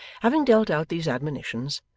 having dealt out these admonitions,